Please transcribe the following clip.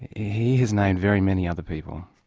he has named very many other people.